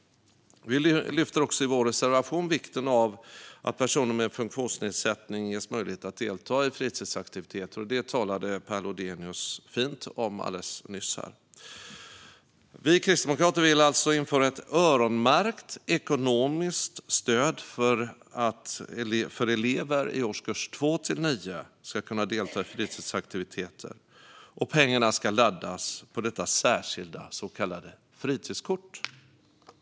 Vi lyfter också i vår reservation vikten av att personer med funktionsnedsättning ges möjlighet att delta i fritidsaktiviteter. Det talade Per Lodenius fint om alldeles nyss. Vi kristdemokrater vill alltså införa ett öronmärkt ekonomiskt stöd för att elever i årskurs 2-9 ska kunna delta i fritidsaktiviteter. Pengarna ska laddas på detta särskilda så kallade fritidskort.